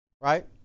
right